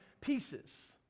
pieces